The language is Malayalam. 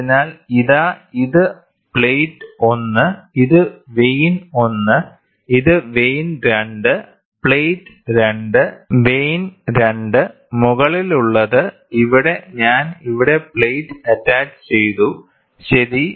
അതിനാൽ ഇതാ ഇത് പ്ലേറ്റ് 1 ഇത് വെയ്ൻ 1 ഇത് വെയ്ൻ 2 പ്ലേറ്റ് 2 വെയ്ൻ 2 മുകളിൽ ഉള്ളത് ഇവിടെ ഞാൻ ഇവിടെ പ്ലേറ്റ് അറ്റാച്ചു ചെയ്തു ശരി